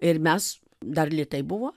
ir mes dar litai buvo